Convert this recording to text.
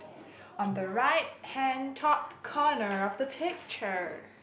on the right hand top corner of the picture